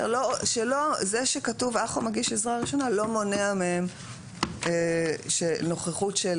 זה שכתוב אח או מגיש עזרה ראשונה לא מונע מהם שנוכחות של